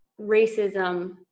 racism